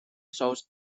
exiles